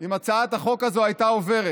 אם הצעת החוק הזו הייתה עוברת.